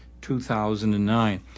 2009